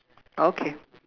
okay